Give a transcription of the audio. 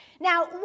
Now